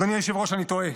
אדוני היושב-ראש, אני תוהה,